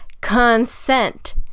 Consent